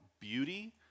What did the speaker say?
beauty